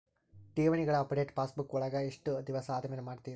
ಠೇವಣಿಗಳ update passbook ವಳಗ ಎಷ್ಟ ದಿವಸ ಆದಮೇಲೆ ಮಾಡ್ತಿರ್?